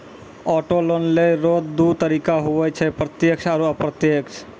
auto loan लेय रो दू तरीका हुवै छै प्रत्यक्ष आरू अप्रत्यक्ष